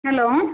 hello